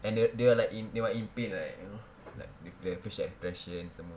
and they are they are like in they are like in pain right you know like their facial expression some more